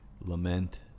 lament